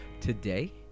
Today